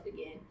again